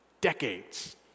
Decades